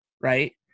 right